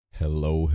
hello